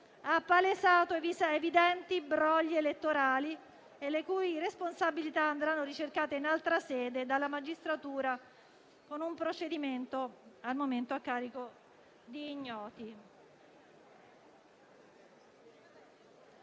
ha palesato evidenti brogli elettorali, le cui responsabilità andranno ricercate in altra sede dalla magistratura, con un procedimento al momento a carico di ignoti.